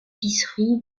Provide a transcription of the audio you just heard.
épiceries